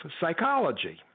psychology